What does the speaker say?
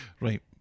Right